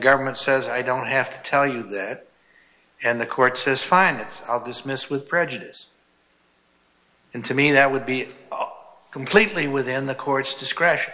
government says i don't have to tell you that and the court says fine it's dismissed with prejudice and to me that would be completely within the court's discretion